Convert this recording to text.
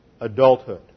adulthood